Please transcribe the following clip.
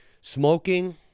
Smoking